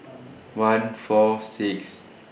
one four six